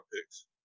picks